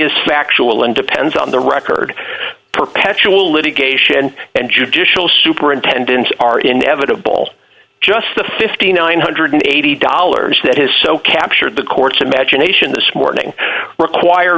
factual and depends on the record perpetual litigation and judicial superintendents are inevitable just the five thousand nine hundred and eighty dollars that has so captured the court's imagination this morning require